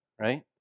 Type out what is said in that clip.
right